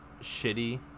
shitty